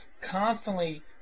constantly